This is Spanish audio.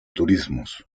turismos